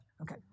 Okay